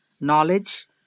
knowledge